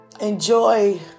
Enjoy